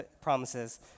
promises